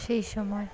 সেই সময়